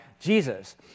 Jesus